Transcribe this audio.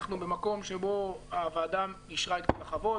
אנחנו במקום שבו הוועדה אישרה את כל החוות,